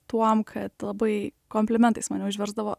tuom kad labai komplimentais mane užversdavo